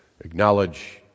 Acknowledge